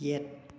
ꯌꯦꯠ